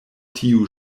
tiu